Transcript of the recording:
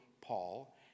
Paul